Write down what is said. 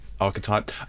archetype